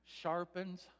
sharpens